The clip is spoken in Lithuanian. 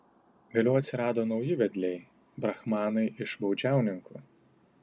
vėliau atsirado nauji vedliai brahmanai iš baudžiauninkų